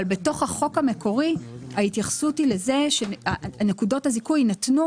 אבל בתוך החוק המקורי ההתייחסות היא לזה שנקודות הזיכוי יינתנו